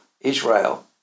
Israel